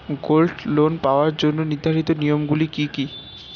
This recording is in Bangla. গোল্ড লোন পাওয়ার জন্য নির্ধারিত নিয়ম গুলি কি?